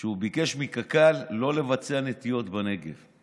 שהוא ביקש מקק"ל לא לבצע נטיעות בנגב,